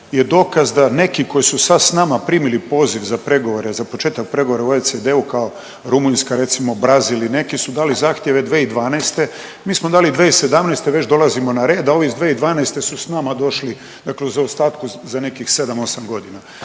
je dokaz da neki koji su sad s nama primili poziv za pregovore, za početak pregovora u OECD-u kao Rumunjska recimo, Brazil i neki su dali zahtjeve 2012. Mi smo dali 2017., već dolazimo na red, a ovi iz 2012. su s nama došli dakle u zaostatku za nekih 7, 8 godina,